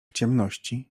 ciemności